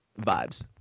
vibes